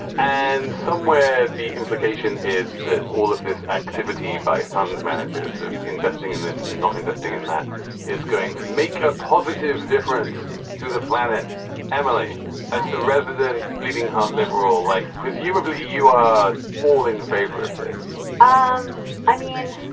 and somewhere the implication is that all of this activity by fund managers of investing in this and not investing in that is going to make a positive difference to the planet emily, as the resident bleeding heart liberal, like presumably you are all in favor of this um i mean,